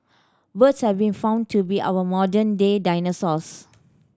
birds have been found to be our modern day dinosaurs